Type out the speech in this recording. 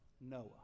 Noah